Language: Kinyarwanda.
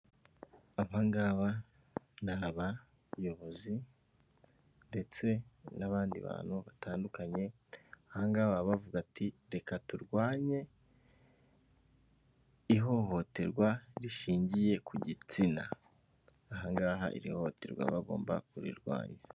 Abangaba ni abayobozi ndetse n'abandi bantu batandukanye ahangaha baba bavuga ati reka turwanye ihohoterwa rishingiye ku gitsina, ahangaha iri hohoterwa bagomba kurirwanya.